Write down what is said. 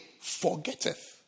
forgetteth